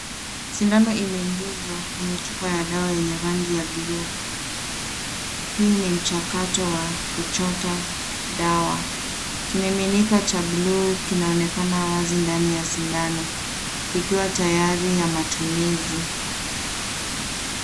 Sindano imeingizwa kwenye chupa ya dawa yenye rangi ya buluu. Hii ni mchakato wa kuchota dawa .Kimiminika cha buluu kikionekana wazi ndani ya sindano kikiwa tayari ya matumizi.